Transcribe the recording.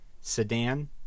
sedan